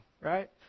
right